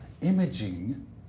imaging